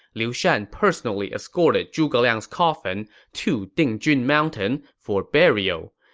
liu shan personally escorted zhuge liang's coffin to dingjun mountain for burial.